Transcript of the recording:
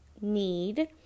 need